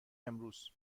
امروز